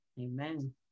amen